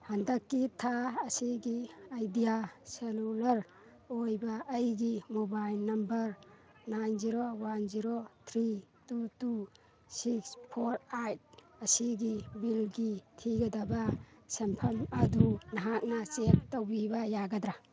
ꯍꯟꯗꯛꯀꯤ ꯊꯥ ꯑꯁꯤꯒꯤ ꯑꯥꯏꯗꯤꯌꯥ ꯁꯦꯂꯨꯂꯔ ꯑꯣꯏꯕ ꯑꯩꯒꯤ mobile number nine zero one zero three two two six four eight ꯑꯁꯤꯒꯤ ꯕꯤꯜꯒꯤ ꯊꯤꯒꯗꯕ ꯁꯦꯟꯐꯝ ꯑꯗꯨ ꯅꯍꯥꯛꯅ ꯆꯦꯛ ꯇꯧꯕꯤꯕ ꯌꯥꯒꯗ꯭ꯔ